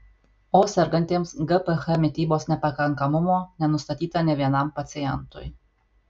o sergantiems gph mitybos nepakankamumo nenustatyta nė vienam pacientui